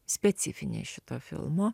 specifinė šito filmo